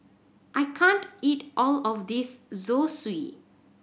I can't eat all of this Zosui